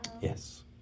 Yes